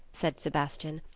said sebastian.